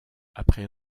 après